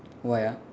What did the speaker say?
why ah